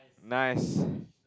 nice